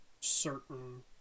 certain